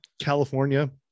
California